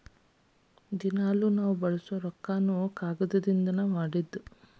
ದಿನಾ ನಾವ ಬಳಸು ರೊಕ್ಕಾನು ಕಾಗದದಿಂದನ ಮಾಡಿದ್ದ